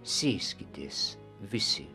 sėskitės visi